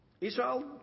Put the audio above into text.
Israel